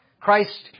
Christ